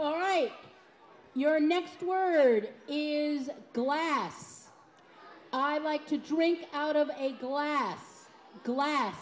all right your next word is glass i like to drink out of a glass glass